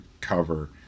cover